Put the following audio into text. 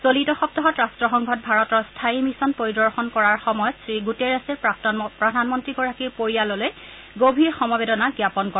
চলিত সপ্তাহত ৰাট্টসংঘত ভাৰতৰ স্থায়ী মিছন পৰিদৰ্শন কৰাৰ সময়ত শ্ৰীণুটেৰেছে প্ৰাক্তন প্ৰধানমন্ত্ৰীগৰাকীৰ পৰিয়াললৈ গভীৰ সমবেদনা জ্ঞাপন কৰে